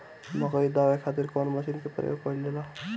मकई दावे खातीर कउन मसीन के प्रयोग कईल जाला?